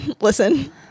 Listen